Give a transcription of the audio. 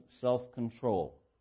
self-control